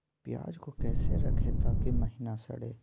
प्याज को कैसे रखे ताकि महिना सड़े?